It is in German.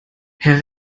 herr